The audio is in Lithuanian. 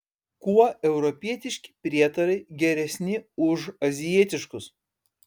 kuo europietiški prietarai geresni už azijietiškus